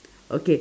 okay